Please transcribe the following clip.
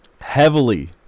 Heavily